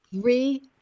Three